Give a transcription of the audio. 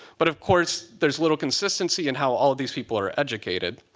but of course, there's little consistency in how all these people are educated.